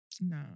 No